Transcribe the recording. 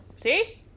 See